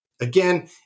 Again